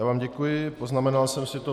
Já vám děkuji, poznamenal jsem si to.